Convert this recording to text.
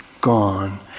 gone